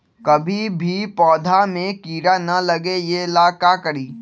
कभी भी पौधा में कीरा न लगे ये ला का करी?